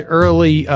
early